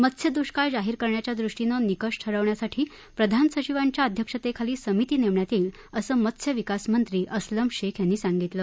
मत्स्य दुष्काळ जाहीर करण्याच्या दृष्टीनं निकष ठरवण्यासाठी प्रधान सचिवांच्या अध्यक्षतेखाली समिती नेमण्यात येईल असं मत्स्यविकास मंत्री अस्लम शेख यांनी सांगितलं